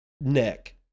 neck